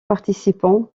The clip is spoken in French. participant